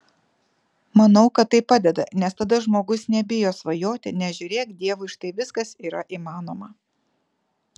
manau kad tai padeda nes tada žmogus nebijo svajoti nes žiūrėk dievui štai viskas yra įmanoma